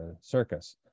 circus